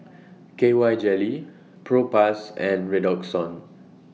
K Y Jelly Propass and Redoxon